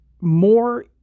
more